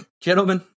Gentlemen